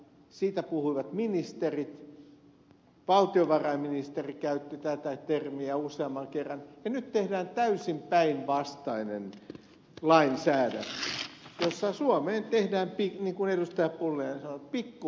siitä puhuivat ministerit valtiovarainministeri käytti tätä termiä useamman kerran ja nyt tehdään täysin päinvastainen lainsäädäntö jossa suomeen tehdään niin kuin ed